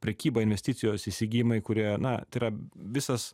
prekyba investicijos įsigijimai kurie na tai yra visas